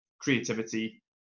creativity